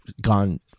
gone